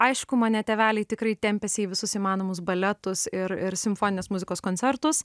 aišku mane tėveliai tikrai tempėsi į visus įmanomus baletus ir ir simfoninės muzikos koncertus